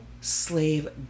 slave